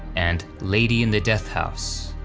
and lady in the death house.